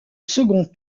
second